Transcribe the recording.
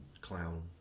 clown